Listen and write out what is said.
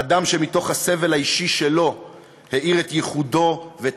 אדם שמתוך הסבל האישי שלו האיר את ייחודו ואת